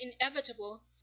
inevitable